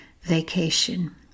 vacation